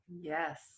Yes